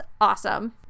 awesome